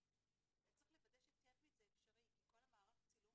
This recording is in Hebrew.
אמרו לי שצריך לוודא שטכנית זה אפשרי כי כל מערך הצילום